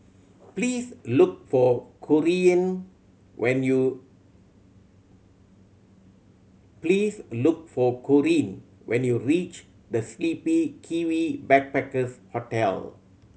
please look for Corean when you please look for Corean when you reach The Sleepy Kiwi Backpackers Hostel